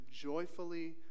joyfully